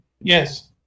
yes